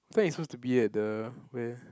I thought you supposed to be at the where